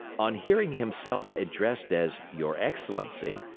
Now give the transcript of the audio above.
on hearing himself addressed as your excellency,